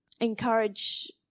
encourage